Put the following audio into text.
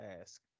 ask